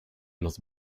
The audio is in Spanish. los